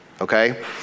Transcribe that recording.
Okay